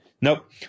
Nope